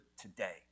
today